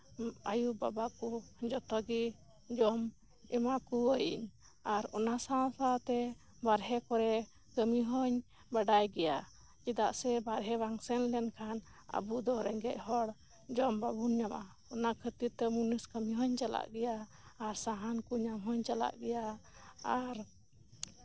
ᱟᱹᱭᱩ ᱵᱟᱵᱟ ᱠᱚ ᱡᱚᱛᱚ ᱜᱮ ᱡᱚᱢ ᱮᱢᱟ ᱠᱚᱣᱟ ᱤᱧ ᱟᱨ ᱚᱱᱟ ᱥᱟᱶ ᱥᱟᱶᱛᱮ ᱵᱟᱦᱨᱮ ᱠᱚᱨᱮᱜ ᱠᱟᱹᱢᱤ ᱦᱚᱧ ᱵᱟᱰᱟᱭ ᱜᱮᱭᱟ ᱪᱮᱫᱟᱜ ᱥᱮ ᱵᱟᱦᱨᱮ ᱵᱟᱢ ᱥᱮᱱ ᱞᱮᱱᱠᱷᱟᱱ ᱟᱵᱚ ᱫᱚ ᱨᱮᱜᱮᱪ ᱦᱚᱲ ᱡᱚᱢ ᱵᱟᱵᱚᱱ ᱧᱟᱢᱟ ᱚᱱᱟ ᱠᱷᱟᱹᱛᱤᱨ ᱛᱮ ᱢᱚᱱᱤᱥ ᱠᱟᱹᱢᱤ ᱦᱚᱧ ᱪᱟᱞᱟᱜ ᱜᱮᱭᱟ ᱟᱨ ᱥᱟᱦᱟᱱ ᱠᱚ ᱧᱟᱢ ᱦᱚᱧ ᱪᱟᱞᱟᱜ ᱜᱮᱭᱟ ᱟᱨ